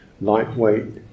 lightweight